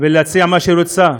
ולהציע מה שהיא רוצה.